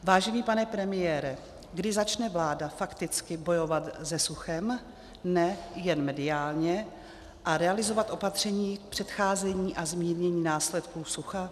Vážený pane premiére, kdy začne vláda fakticky bojovat se suchem nejen mediálně a realizovat opatření k předcházení a zmírnění následků sucha?